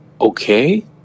okay